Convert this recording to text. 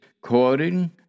quoting